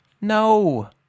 No